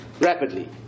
rapidly